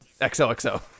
XOXO